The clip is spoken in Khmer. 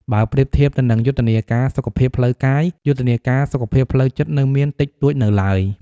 បើប្រៀបធៀបទៅនឹងយុទ្ធនាការសុខភាពផ្លូវកាយ យុទ្ធនាការសុខភាពផ្លូវចិត្តនៅមានតិចតួចនៅឡើយ។